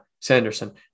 Sanderson